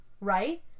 right